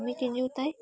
আমি তিনিওটাই